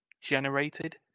generated